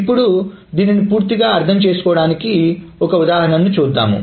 ఇప్పుడు దీన్ని పూర్తిగా అర్థం చేసుకోవడానికి ఒక ఉదాహరణ చూద్దాం